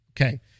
Okay